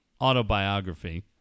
autobiography